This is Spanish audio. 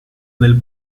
del